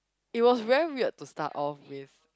it was very weird to start off with